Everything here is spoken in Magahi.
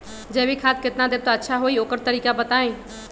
जैविक खाद केतना देब त अच्छा होइ ओकर तरीका बताई?